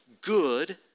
good